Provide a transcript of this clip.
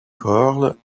cordes